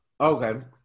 Okay